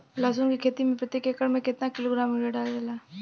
लहसुन के खेती में प्रतेक एकड़ में केतना किलोग्राम यूरिया डालल जाला?